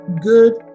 good